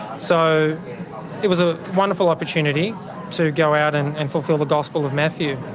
so it was a wonderful opportunity to go out and and fulfil the gospel of matthew.